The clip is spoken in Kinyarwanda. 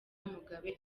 mugabe